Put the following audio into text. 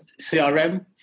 CRM